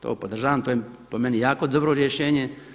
To podržavam, to je po meni jako dobro rješenje.